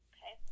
Okay